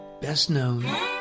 best-known